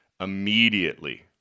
immediately